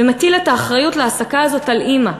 ומטיל את האחריות להעסקה הזאת על אימא.